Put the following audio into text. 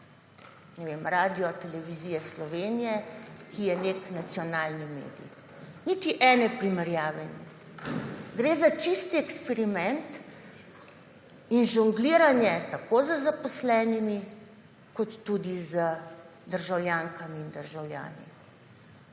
Radiotelevizije Slovenije, ki je nek nacionalni medij. Niti ene primerjave. Gre za čisti eksperiment in žongliranje tako z zaposlenimi kot tudi z državljankami in državljani.